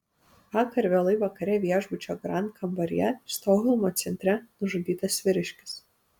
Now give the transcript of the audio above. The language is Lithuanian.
vakar vėlai vakare viešbučio grand kambaryje stokholmo centre nužudytas vyriškis